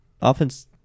offense